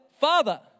Father